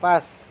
পাঁচ